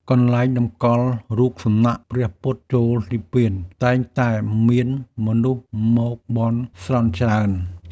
កន្លែងតម្កល់រូបសំណាកព្រះពុទ្ធចូលនិព្វាន តែងតែមានមនុស្សមកបន់ស្រន់ច្រើន។